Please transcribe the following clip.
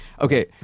Okay